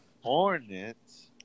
Hornets